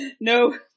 no